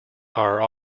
are